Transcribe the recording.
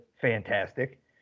fantastic